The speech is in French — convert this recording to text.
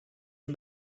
est